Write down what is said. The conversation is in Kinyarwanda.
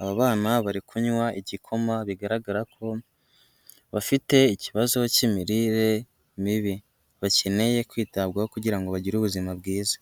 aba bana bari kunywa igikoma bigaragara ko bafite ikibazo cy'imirire mibi, bakeneye kwitabwaho kugira ngo bagire ubuzima bwiza.